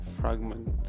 fragment